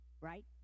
Right